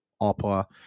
opera